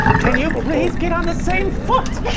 can you but please get on the same foot!